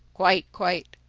quite, quite.